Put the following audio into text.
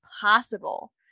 possible